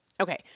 Okay